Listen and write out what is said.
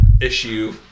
issue